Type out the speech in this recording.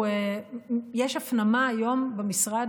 יש הפנמה היום במשרד,